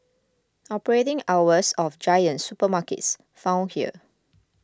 operating hours of Giant supermarkets found here